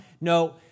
no